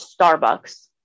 Starbucks